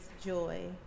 joy